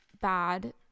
bad